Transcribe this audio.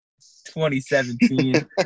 2017